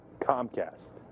Comcast